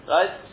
Right